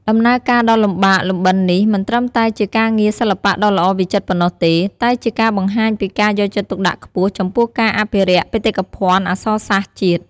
ដំណើរការដ៏លំបាកលំបិននេះមិនត្រឹមតែជាការងារសិល្បៈដ៏ល្អវិចិត្រប៉ុណ្ណោះទេ តែជាការបង្ហាញពីការយកចិត្តទុកដាក់ខ្ពស់ចំពោះការអភិរក្សបេតិកភណ្ឌអក្សរសាស្ត្រជាតិ។